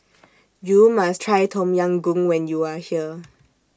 YOU must Try Tom Yam Goong when YOU Are here